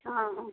ହଁ ହଁ